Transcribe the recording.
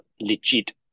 legit